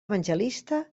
evangelista